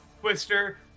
Twister